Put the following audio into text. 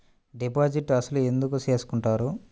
Deposit అసలు ఎందుకు చేసుకుంటారు?